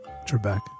Trebek